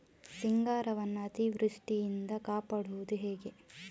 ಸಿಂಗಾರವನ್ನು ಅತೀವೃಷ್ಟಿಯಿಂದ ಕಾಪಾಡುವುದು ಹೇಗೆ?